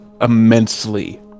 immensely